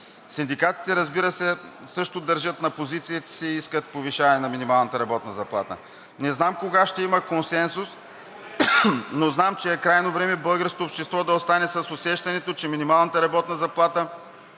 Синдикатите, разбира се, също държат на позициите и искат повишаване на минималната работна заплата. Не знам кога ще има консенсус, но знам, че е крайно време българското общество да остане с усещането, че минималната работна заплата